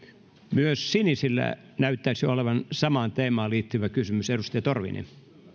myös sinisillä näyttäisi olevan samaan teemaan liittyvä kysymys edustaja torvinen